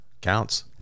Counts